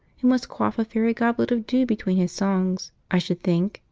who must quaff a fairy goblet of dew between his songs, i should think,